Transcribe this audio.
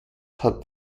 hat